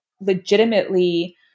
legitimately